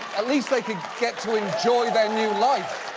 at least they could get to enjoy their new life.